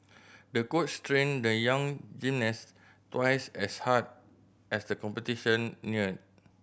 the coach trained the young gymnast twice as hard as the competition neared